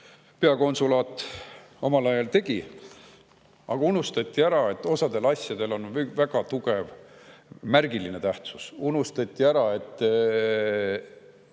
peakonsulaat omal ajal tegi. Aga unustati ära, et osadel asjadel on väga tugev märgiline tähtsus. Unustati ära, et